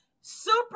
Super